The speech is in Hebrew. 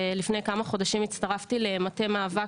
ולפני כמה חודשים הצטרפתי למטה מאבק